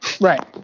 Right